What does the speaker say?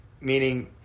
Meaning